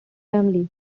family